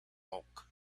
bulk